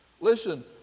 Listen